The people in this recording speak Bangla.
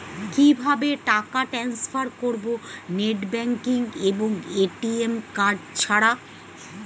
কিভাবে টাকা টান্সফার করব নেট ব্যাংকিং এবং এ.টি.এম কার্ড ছাড়া?